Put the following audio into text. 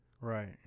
right